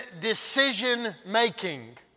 decision-making